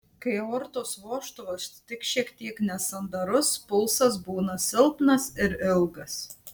kai aortos vožtuvas tik šiek tiek nesandarus pulsas būna silpnas ir ilgas